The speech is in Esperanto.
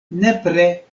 nepre